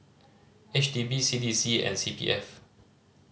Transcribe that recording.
H D B C D C and C P F